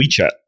WeChat